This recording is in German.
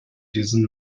diesen